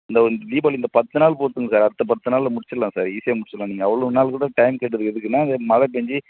இந்த இந்த தீபாவளி இந்த பத்து நாள் பொறுத்துக்குங்க சார் அடுத்த பத்து நாளில் முடிச்சுர்லாம் சார் ஈஸியாக முடிச்சிடலாம் நீங்கள் அவ்வளோ நாள் கூட டைம் கேட்டது எதுக்குன்னால் இந்த மழை பேஞ்சு